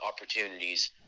opportunities